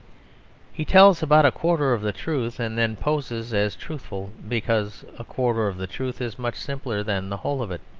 he tells about a quarter of the truth, and then poses as truthful because a quarter of the truth is much simpler than the whole of it.